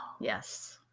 Yes